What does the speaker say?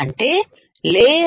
అంటే లేయర్